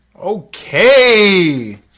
Okay